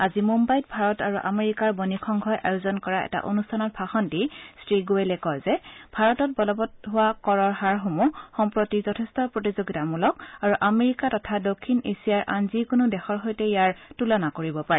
আজি মুন্নাইত ভাৰত আৰু আমেৰিকাৰ বণিক সংঘই আয়োজন কৰা এটা অনুষ্ঠানত ভাষণ দি শ্ৰীগোৱেলে কয় যে ভাৰতত বলবৎ হোৱা কৰৰ হাৰসমূহ সম্প্ৰতি যথেষ্ট প্ৰতিযোগিতামূলক আৰু আমেৰিকা তথা দক্ষিণ এছিয়াৰ আন যিকোনো দেশৰ সৈতে ইয়াৰ তুলনা কৰিব পাৰি